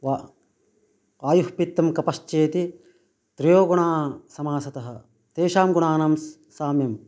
वा वायुःपित्तं कपश्चेति त्रयोगुणाः समासतः तेषां गुणानां स् साम्यं